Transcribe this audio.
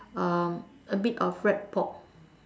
um a bit of rap pop